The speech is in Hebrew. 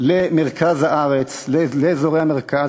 למרכז הארץ, לאזורי המרכז.